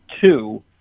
two